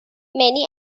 many